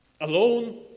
alone